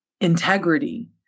integrity